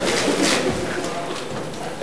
יש הסכמה.